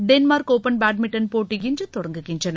Denmark open badminton போட்டி இன்று தொடங்குகின்றன